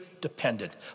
dependent